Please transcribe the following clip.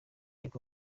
y’uko